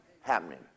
happening